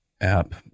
app